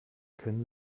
können